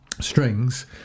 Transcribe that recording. strings